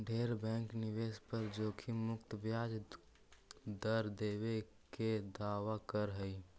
ढेर बैंक निवेश पर जोखिम मुक्त ब्याज दर देबे के दावा कर हई